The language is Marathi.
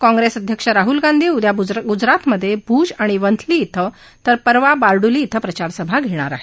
काँप्रेस अध्यक्ष राहुल गांधी उद्या गुजरातमधे भूज आणि वंथली इथं तर परवा बार्डली इथं प्रचारसभा घेणार आहेत